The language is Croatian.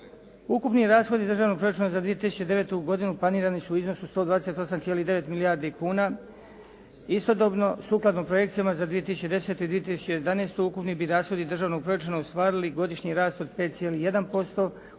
Ukupni rashodi Državnog proračuna za 2009. godinu planirani su u iznosu 128,9 milijardi kuna. Istodobno sukladno projekcijama za 2010. i 2011. ukupnu bi rashodi državnog proračuna ostvarili godišnji rast od 5,1%